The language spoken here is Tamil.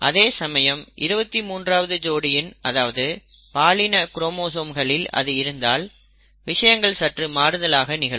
அதே சமயம் 23 ஆவது ஜோடியின் அதாவது பாலின குரோமோசோம்களில் அது இருந்தால் விஷயங்கள் சற்று மாறுதலாக நிகழும்